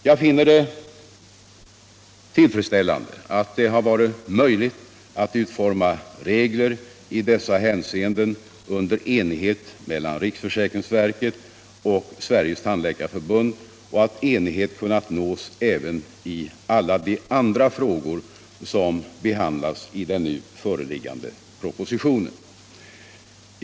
Jag finner det tillfredsställande att det har varit möjligt att utforma regler i dessa hänseenden under enighet mellan riksförsäkringsverket och Sveriges tandläkarförbund och att enighet kunnat nås även i alla de andra frågor som behandlas i den föreliggande propositionen.